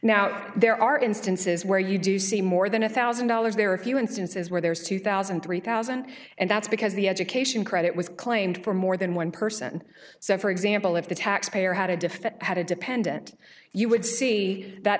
now there are instances where you do see more than a thousand dollars there are a few instances where there's two thousand three thousand and that's because the education credit was claimed for more than one person so for example if the taxpayer how to define how to dependent you would see that